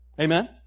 Amen